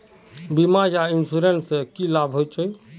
बीमा या इंश्योरेंस से की लाभ होचे?